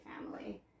family